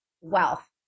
wealth